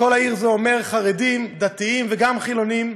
כל העיר זה אומר חרדים, דתיים וגם חילונים.